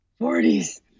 40s